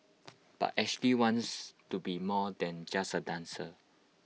but Ashley wants to be more than just A dancer